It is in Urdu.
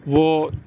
وہ